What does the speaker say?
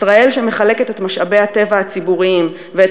ישראל שמחלקת את משאבי הטבע הציבוריים ואת